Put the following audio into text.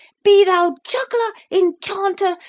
be thou juggler, enchanter,